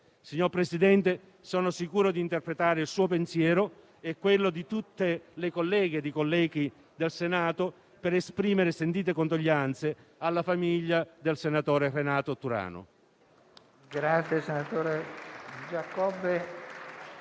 Signor Presidente, sono sicuro di interpretare il suo pensiero e quello di tutte le colleghe e di tutti i colleghi del Senato nell'esprimere sentite condoglianze alla famiglia del senatore Renato Turano.